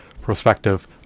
prospective